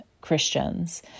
Christians